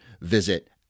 visit